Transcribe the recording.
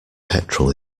petrol